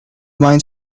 mines